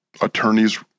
attorneys